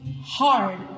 hard